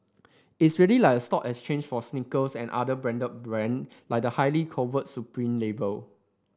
it's really like a stock exchange for sneakers and other branded brand like the highly coveted supreme label